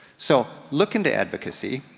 so, look into advocacy.